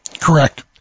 Correct